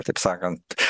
taip sakant